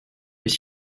les